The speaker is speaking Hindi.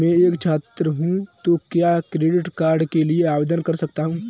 मैं एक छात्र हूँ तो क्या क्रेडिट कार्ड के लिए आवेदन कर सकता हूँ?